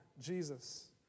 Jesus